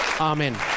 Amen